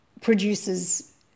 produces